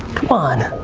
come on.